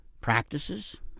practices